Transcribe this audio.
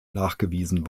nachgewiesen